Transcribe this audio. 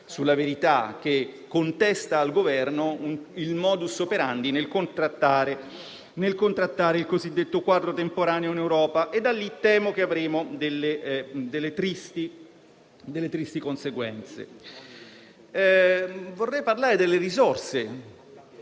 su «La Verità», che contesta al Governo il *modus operandi* nel contrattare il cosiddetto quadro temporaneo in Europa e da lì temo che avremo delle tristi conseguenze. Vorrei quindi parlare delle risorse.